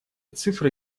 цифры